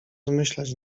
zmyślać